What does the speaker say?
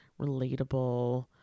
relatable